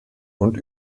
und